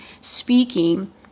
speaking